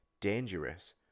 dangerous